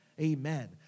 Amen